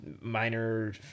minor